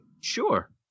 Sure